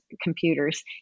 computers